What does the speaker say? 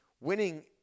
winning